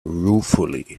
ruefully